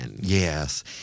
Yes